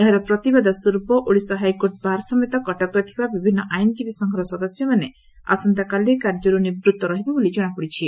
ଏହାର ପ୍ରତିବାଦ ସ୍ୱର୍ପ ଓଡିଶା ହାଇକୋର୍ଟ ବାର ସମେତ କଟକରେ ଥିବା ବିଭିନ୍ନ ଆଇନଜୀବୀ ସଂଘର ସଦସ୍ୟମାନେ ଆସନ୍ତାକାଲି କାର୍ଯ୍ୟରୁ ନିବୂଭ ରହିବେ ବୋଲି ଜଣାପଡିଛି